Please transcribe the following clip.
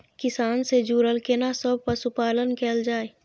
किसान से जुरल केना सब पशुपालन कैल जाय?